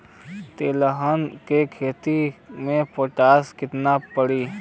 तिलहन के खेती मे पोटास कितना पड़ी?